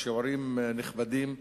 בשיעורים נכבדים,